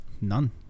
None